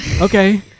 okay